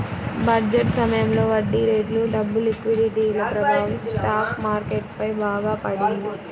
budget సమయంలో వడ్డీరేట్లు, డబ్బు లిక్విడిటీల ప్రభావం స్టాక్ మార్కెట్ పై బాగా పడింది